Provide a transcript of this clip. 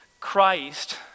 Christ